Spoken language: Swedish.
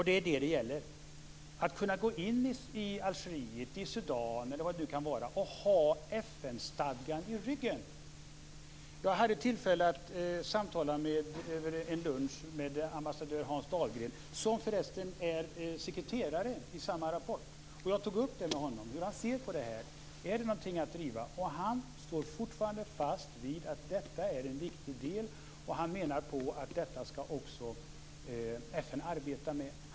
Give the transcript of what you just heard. Det är detta det gäller: att kunna gå in i Algeriet, Sudan eller vad det nu kan vara för land och ha FN stadgan i ryggen. Jag hade tillfälle att samtala över en lunch med ambassadör Hans Dahlgren, som för resten var sekreterare vid denna rapport. Jag tog upp frågan med honom hur han ser på detta. Är det någonting att driva? Han står fortfarande fast vid att detta är en viktig del. Han menar på att FN skall arbeta med detta.